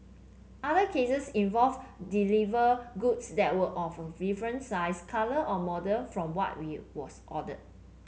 other cases involved deliver goods that were of a different size colour or model from what was ordered